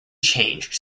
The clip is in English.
changed